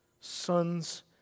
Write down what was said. Sons